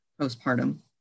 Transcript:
postpartum